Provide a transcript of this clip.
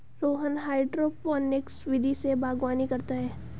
Rohan hydroponics विधि से बागवानी करता है